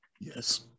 Yes